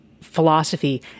philosophy